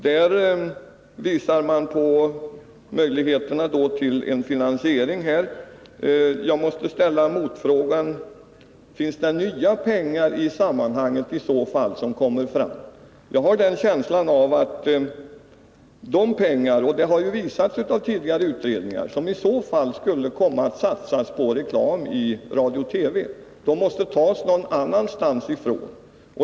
Där visar man på möjligheterna till en finansiering. Jag måste ställa motfrågan: Finns det i så fall nya pengar som kommer fram? Jag har känslan av att de pengar — och det har tidigare utredningar visat — som iså fall skulle komma att satsas på reklam i radio och TV måste tas någon annanstans.